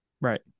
Right